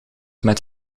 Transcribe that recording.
met